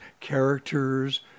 characters